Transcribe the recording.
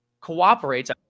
cooperates